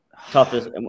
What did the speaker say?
Toughest